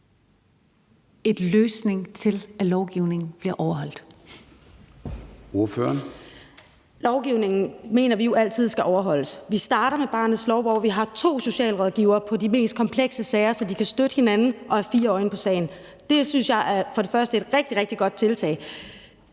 Kl. 22:33 Rosa Eriksen (M): Lovgivningen mener vi jo altid skal overholdes. Vi starter med barnets lov, hvor vi har to socialrådgivere på de mest komplekse sager, så de kan støtte hinanden og have fire øjne på sagen. Det synes jeg som det første er et rigtig, rigtig godt tiltag.